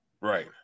Right